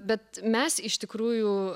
bet mes iš tikrųjų